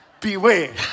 Beware